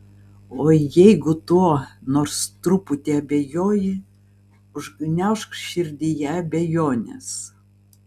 o jeigu tuo nors truputį abejoji užgniaužk širdyje abejones